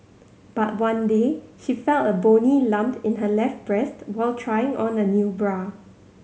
but one day she felt a bony lump in her left breast while trying on a new bra